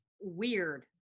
weird